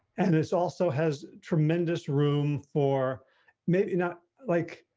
and it's also has tremendous room for maybe not like,